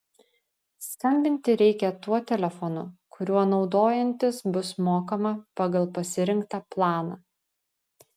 skambinti reikia tuo telefonu kuriuo naudojantis bus mokama pagal pasirinktą planą